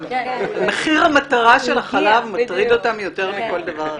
מחיר המטרה של החלב מטריד אותם יותר מכל דבר אחר...